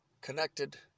connected